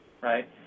right